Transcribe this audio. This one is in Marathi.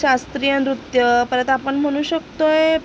शास्त्रीय नृत्य परत आपण म्हणू शकतो आहे